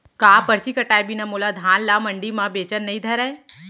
का परची कटाय बिना मोला धान ल मंडी म बेचन नई धरय?